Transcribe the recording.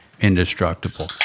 indestructible